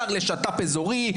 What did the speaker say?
שר לשיתוף פעולה אזורי,